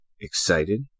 excited